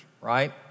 Right